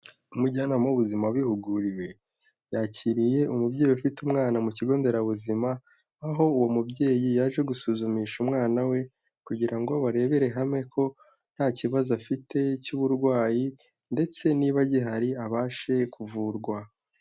Umujyanama w'ubuzima wabihuguriwe yakiriye umubyeyi ufite umwana mu kigo nderabuzima, aho uwo mubyeyi yaje gusuzumisha umwana we kugira ngo barebere hamwe ko nta kibazo afite cy'uburwayi ndetse niba gihari abashe kuvurwa.